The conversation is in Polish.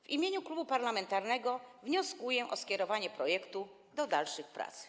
W imieniu mojego klubu parlamentarnego wnioskuję o skierowanie projektu do dalszych prac.